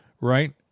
right